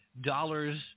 dollars